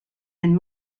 and